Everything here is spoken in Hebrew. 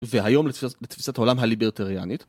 והיום לתפיסת העולם הליברטריאנית.